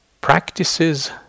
practices